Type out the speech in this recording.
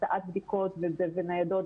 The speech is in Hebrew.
הקצאת בדיקות בניידות,